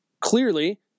clearly